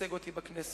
מייצג אותי בכנסת.